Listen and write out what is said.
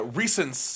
recent